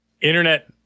Internet